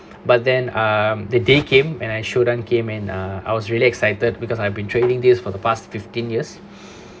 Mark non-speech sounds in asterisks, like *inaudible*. but then um the day came and a student came and uh I was really excited because I've been training this for the past fifteen years *breath*